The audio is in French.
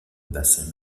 bassin